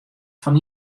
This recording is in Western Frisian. fan